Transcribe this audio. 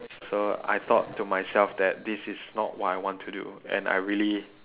so I thought to myself that this is not what I want to do and I really